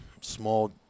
small